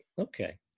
Okay